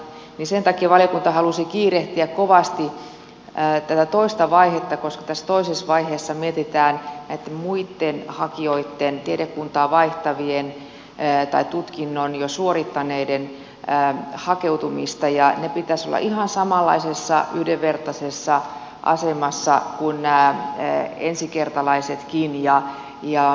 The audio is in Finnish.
sen takia valiokunta halusi kiirehtiä kovasti tätä toista vaihetta koska tässä toisessa vaiheessa mietitään näitten muitten hakijoitten tiedekuntaa vaihtavien tai tutkinnon jo suorittaneiden hakeutumista ja heidän pitäisi olla ihan samanlaisessa yhdenvertaisessa asemassa kuin ovat nämä ensikertalaisetkin